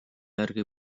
järgi